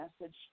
message